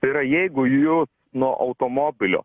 tai yra jeigu jūs nuo automobilio